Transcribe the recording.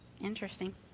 interesting